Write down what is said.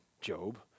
Job